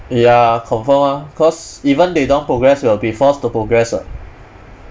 ya confirm ah cause even they don't progress we'll be forced to progress [what]